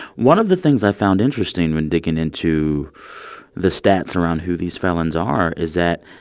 one of the things i found interesting when digging into the stats around who these felons are is that,